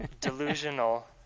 delusional